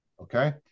okay